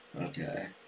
Okay